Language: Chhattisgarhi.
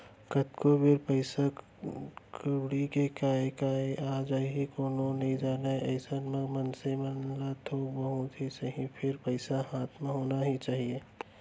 कतको बेर पइसा कउड़ी के काय काम आ जाही कोनो नइ जानय अइसन म मनसे मन करा थोक बहुत ही सही फेर पइसा हाथ म होना ही चाही